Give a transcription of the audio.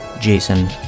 Jason